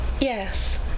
Yes